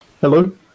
Hello